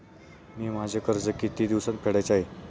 मी माझे कर्ज किती दिवसांत फेडायचे आहे?